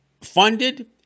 funded